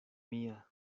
mia